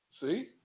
See